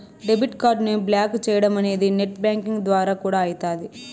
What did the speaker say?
debit కార్డుని block చేయడమనేది net banking ద్వారా కూడా అయితాది